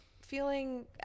feeling